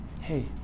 hey